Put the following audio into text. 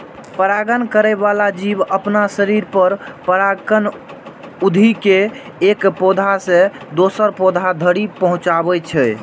परागण करै बला जीव अपना शरीर पर परागकण उघि के एक पौधा सं दोसर पौधा धरि पहुंचाबै छै